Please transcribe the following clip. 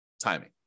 timing